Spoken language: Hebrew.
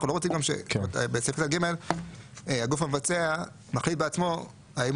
בסעיף 18(ג) הגוף המבצע מחליט בעצמו האם